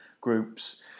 groups